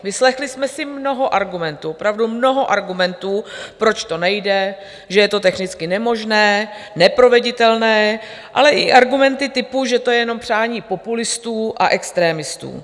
Vyslechli jsme si mnoho argumentů, opravdu mnoho argumentů, proč to nejde, že je to technicky nemožné, neproveditelné, ale i argumenty typu, že to je jenom přání populistů a extremistů.